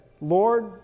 Lord